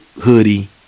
hoodie